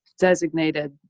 designated